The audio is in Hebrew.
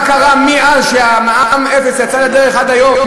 מה קרה מאז יצא המע"מ אפס לדרך עד היום?